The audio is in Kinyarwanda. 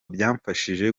byamfashije